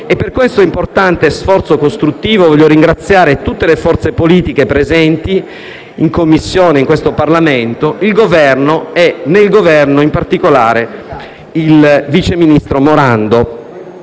E per questo importante sforzo costruttivo voglio ringraziare tutte le forze politiche presenti in Commissione in questo Parlamento, il Governo e, in esso, in particolare, il vice ministro Morando.